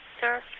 Sir